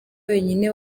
wenyine